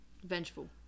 Vengeful